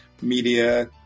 media